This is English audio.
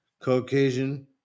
Caucasian